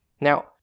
Now